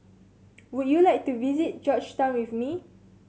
would you like to visit Georgetown with me